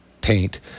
paint